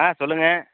ஆ சொல்லுங்கள்